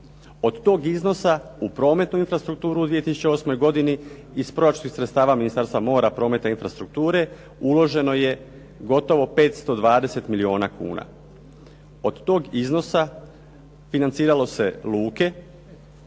Od toga iznosa u prometnu infrastrukturu u 2008. godini iz prošlih sredstava Ministarstva mora, prometa i infrastrukture uloženo je gotovo 520 milijuna kuna. Od toga iznosa financiralo se luke,